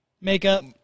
Makeup